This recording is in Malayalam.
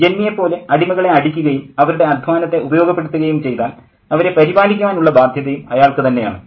ജന്മിയേപോലെ അടിമകളെ അടിക്കുകയും അവരുടെ അദ്ധ്വാനത്തെ ഉപയോഗപ്പെടുത്തുകയും ചെയ്താൽ അവരെ പരിപാലിക്കുവാനുള്ള ബാധ്യതയും അയാൾക്ക് തന്നെ ആണ്